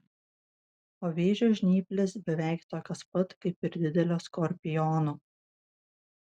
o vėžio žnyplės beveik tokios pat kaip ir didelio skorpiono